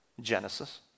Genesis